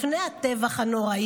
לפני הטבח הנורא,